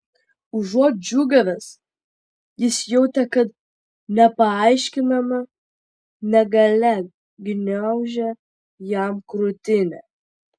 užuot džiūgavęs jis jautė kad nepaaiškinama negalia gniaužia jam krūtinę